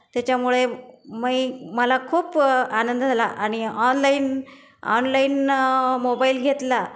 त्याच्यामुळे मी मला खूप आनंद झाला आणि ऑनलाईन ऑनलाईन मोबाईल घेतला